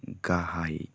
गाहाय